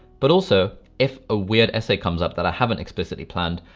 but also, if a weird essay comes up that i haven't explicitly planned,